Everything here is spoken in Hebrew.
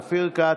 אופיר כץ,